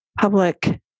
public